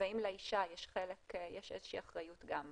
והאם לאישה יש איזה שהיא אחריות גם למעשים.